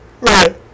Right